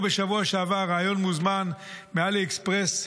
כבר ראינו בשבוע שעבר ריאיון מוזמן מעלי אקספרס,